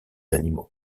animaux